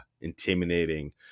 intimidating